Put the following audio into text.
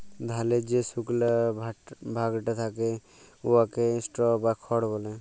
ধালের যে সুকলা ভাগটা থ্যাকে উয়াকে স্ট্র বা খড় ব্যলে